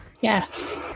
Yes